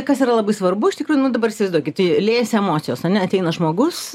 kas yra labai svarbu iš tikrųjų nu dabar įsivaizduokit liejasi emocijos ane ateina žmogus